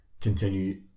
continue